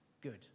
good